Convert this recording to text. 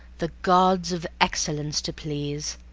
the gods of excellence to please,